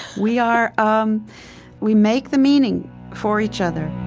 we are um we make the meaning for each other